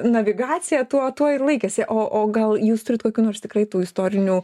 navigacija tuo tuo ir laikėsi o o gal jūs turit kokių nors tikrai tų istorinių